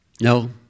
No